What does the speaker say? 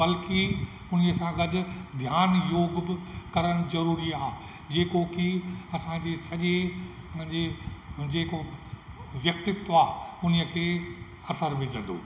बल्कि उन्हीअ सां गॾु ध्यान योगु बि करणु ज़रूरी आहे जेको की असां जे सॼे जेको व्यक्तित्व आहे उन्हीअ खे असरु विझिंदो